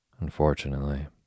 Unfortunately